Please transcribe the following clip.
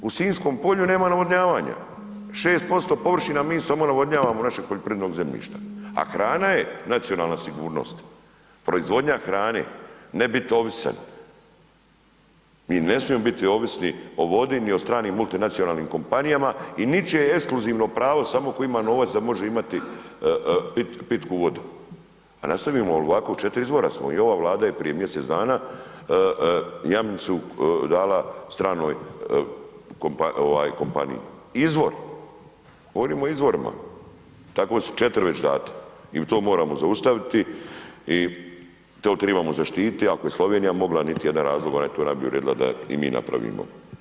U Sinjskom polju nema navodnjavanja, 6% površina mi samo navodnjavamo našeg poljoprivrednog zemljišta, a hrana je nacionalna sigurnost, proizvodnja hrane, ne bit ovisan, mi ne smijemo biti ovisni o vodi, ni o stranim multinacionalnim kompanijama i ničije ekskluzivno pravo samo tko ima novac da može imati pitku vodu, a nastavimo li ovako, 4 izvora smo, i ova Vlada je prije mjesec dana Jamnicu dala stranoj kompaniji, izvor, govorimo o izvorima, tako su 4 već data i to moramo zaustaviti i to tribamo zaštititi, ako je Slovenija mogla, niti jedan razlog, ona je to najbolje uredila da i mi napravimo.